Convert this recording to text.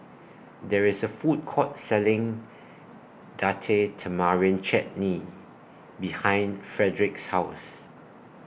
There IS A Food Court Selling Date Tamarind Chutney behind Fredric's House